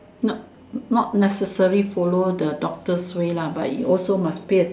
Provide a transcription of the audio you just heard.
not not necessary follow the doctor's ways lah but you also must pay